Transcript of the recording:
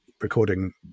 recording